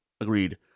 agreed